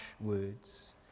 words